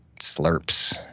slurps